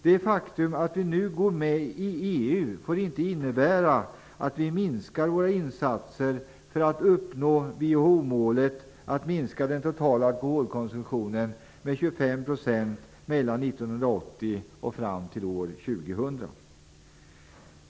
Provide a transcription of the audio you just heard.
Det faktum att vi nu går med i EU får inte innebära att vi minskar våra insatser för att uppnå WHO-målet att minska den totala alkoholkonsumtionen med 25 % mellan 1980 och 2000.